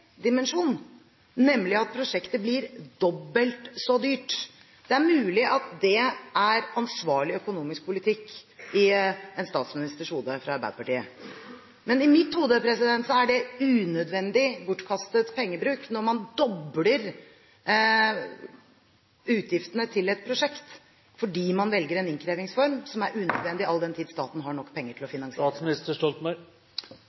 dimensjon, nemlig at prosjektet blir dobbelt så dyrt. Det er mulig at det er ansvarlig økonomisk politikk i hodet til en statsminister fra Arbeiderpartiet. Men i mitt hode er det unødvendig bortkastet pengebruk når man dobler utgiftene til et prosjekt fordi man velger en innkrevingsform som er unødvendig, all den tid staten har nok penger til å